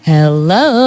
Hello